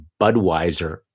Budweiser